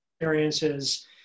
experiences